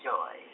Joy